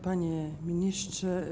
Panie Ministrze!